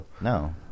no